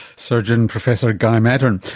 surgeon, professor guy maddern